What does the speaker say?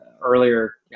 earlier